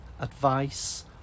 advice